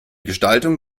gestaltung